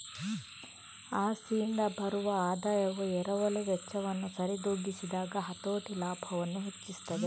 ಆಸ್ತಿಯಿಂದ ಬರುವ ಆದಾಯವು ಎರವಲು ವೆಚ್ಚವನ್ನು ಸರಿದೂಗಿಸಿದಾಗ ಹತೋಟಿ ಲಾಭವನ್ನು ಹೆಚ್ಚಿಸುತ್ತದೆ